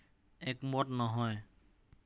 একমত নহয়